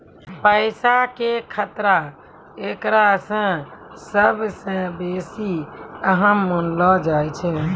पैसा के खतरा एकरा मे सभ से बेसी अहम मानलो जाय छै